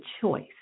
choice